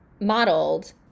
modeled